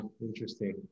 Interesting